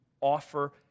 offer